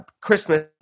Christmas